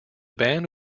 band